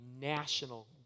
national